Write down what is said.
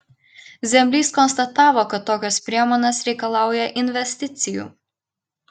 zemlys konstatavo kad tokios priemonės reikalauja investicijų